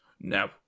No